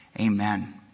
Amen